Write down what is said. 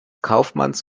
kaufmanns